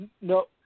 No